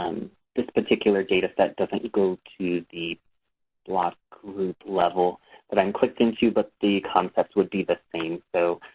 this particular data set doesn't go to the block group level that i'm clicked into, but the concepts would be the same. so,